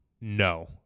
No